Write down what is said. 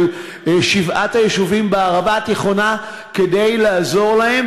שבעת היישובים בערבה התיכונה כדי לעזור להם,